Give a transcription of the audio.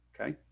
Okay